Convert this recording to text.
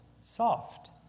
soft